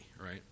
right